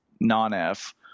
non-f